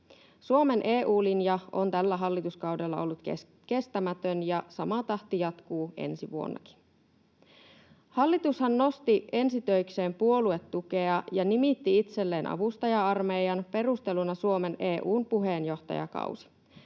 Suomen EU-linja on tällä hallituskaudella ollut kestämätön, ja sama tahti jatkuu ensi vuonnakin. Hallitushan nosti ensitöikseen puoluetukea ja nimitti itselleen avustaja-armeijan, perusteluna Suomen EU-puheenjohtajakausi.